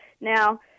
Now